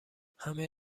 همه